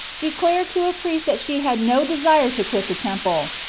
declare to a priest that she had no desire to quit the temple,